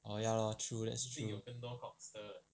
orh ya lor true that's true